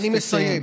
אני מסיים.